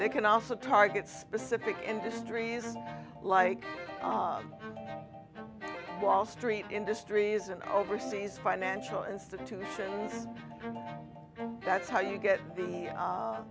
they can also target specific industries like wall street industries and overseas financial institutions and that's how you get the